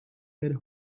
head